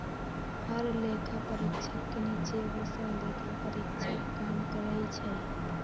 हर लेखा परीक्षक के नीचे एगो सहलेखा परीक्षक काम करई छई